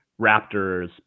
Raptors